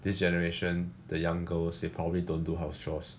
this generation the young girls they probably don't do house chores